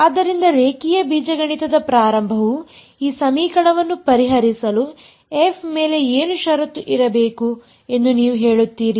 ಆದ್ದರಿಂದ ರೇಖೀಯ ಬೀಜಗಣಿತದ ಪ್ರಾರಂಭವು ಈ ಸಮೀಕರಣವನ್ನು ಪರಿಹರಿಸಲು f ಮೇಲೆ ಏನು ಷರತ್ತು ಇರಬೇಕು ಎಂದು ನೀವು ಹೇಳುತ್ತೀರಿ